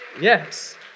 Yes